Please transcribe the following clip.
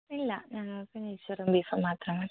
ഇല്ല ഞങ്ങള്ക്ക് നെയ്ച്ചോറും ബീഫും മാത്രം മതി